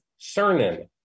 Cernan